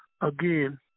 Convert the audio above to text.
again